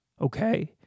okay